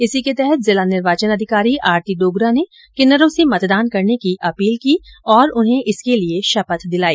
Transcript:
इसी के तहत जिला निर्वाचन अधिकारी आरती डोगरा ने किन्नरों से मतदान करने की अपील की और उन्हें इसके लिये शपथ दिलाई